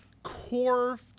core